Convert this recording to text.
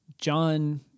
John